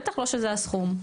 בטח לא שזה הסכום,